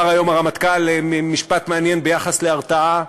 אמר היום הרמטכ"ל משפט מעניין ביחס להרתעה,